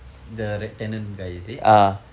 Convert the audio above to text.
the tenant guy is it